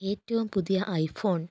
ഏറ്റവും പുതിയ ഐഫോണ്